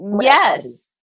Yes